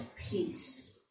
peace